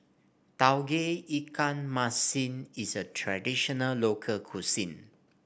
Tauge Ikan Masin is a traditional local cuisine